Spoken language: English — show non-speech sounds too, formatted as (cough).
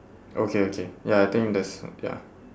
okay okay ya I think that's (noise) ya